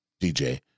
DJ